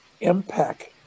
impact